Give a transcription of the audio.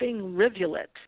rivulet